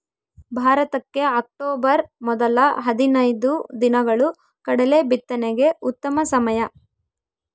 ಭಾರತಕ್ಕೆ ಅಕ್ಟೋಬರ್ ಮೊದಲ ಹದಿನೈದು ದಿನಗಳು ಕಡಲೆ ಬಿತ್ತನೆಗೆ ಉತ್ತಮ ಸಮಯ